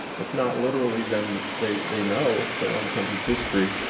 if not literally than they they know their own country's history.